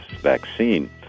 vaccine